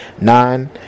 nine